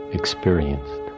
experienced